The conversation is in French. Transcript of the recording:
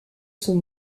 sont